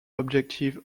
objective